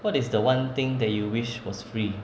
what is the one thing that you wish was free